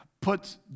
puts